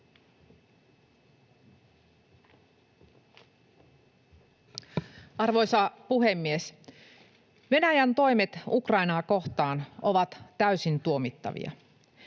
Arvoisa puhemies! Venäjän toimet Ukrainaa kohtaan ovat täysin tuomittavia.